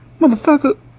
motherfucker